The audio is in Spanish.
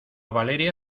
valeria